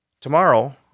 Tomorrow